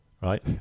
right